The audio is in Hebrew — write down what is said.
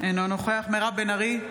אינו נוכח מירב בן ארי,